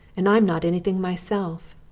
and i'm not anything myself.